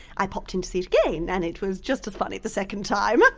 i popped in to see it again, and it was just as funny the second time!